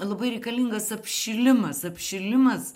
labai reikalingas apšilimas apšilimas